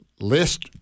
list